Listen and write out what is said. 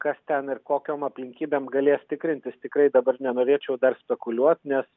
kas ten ir kokiom aplinkybėm galės tikrintis tikrai dabar nenorėčiau dar spekuliuot nes